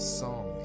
song